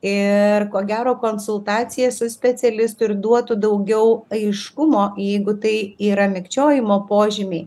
ir ko gero konsultacija su specialistu ir duotų daugiau aiškumo jeigu tai yra mikčiojimo požymiai